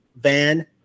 Van